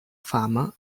fama